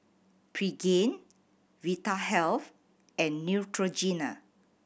Pregain Vitahealth and Neutrogena